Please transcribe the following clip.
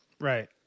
Right